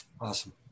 awesome